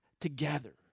together